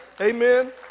amen